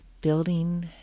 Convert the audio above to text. Building